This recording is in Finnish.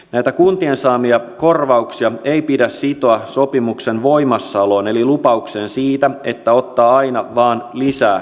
näitä kuntien saamia korvauksia ei pidä sitoa sopimuksen voimassaoloon eli lupaukseen siitä että ottaa aina vain lisää näitä pakolaisia